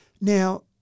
Now